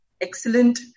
excellent